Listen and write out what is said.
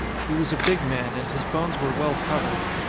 he was a big man, and his bones were well covered.